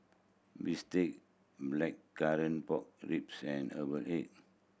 bistake Blackcurrant Pork Ribs and herbal egg